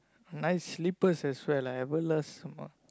nice slippers as well ah Everlast some more